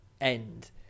end